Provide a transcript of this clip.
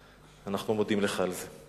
ואנחנו מודים לך על זה.